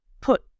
put